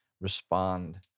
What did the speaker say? respond